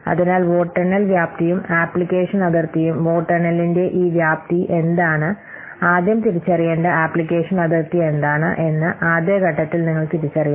അതിനാൽ വോട്ടെണ്ണൽ വ്യാപ്തിയും ആപ്ലിക്കേഷൻ അതിർത്തിയും വോട്ടെണ്ണലിന്റെ ഈ വ്യാപ്തി എന്താണ് ആദ്യം തിരിച്ചറിയേണ്ട ആപ്ലിക്കേഷൻ അതിർത്തി എന്താണ് എന്ന് ആദ്യ ഘട്ടത്തിൽ നിങ്ങൾ തിരിച്ചറിയണം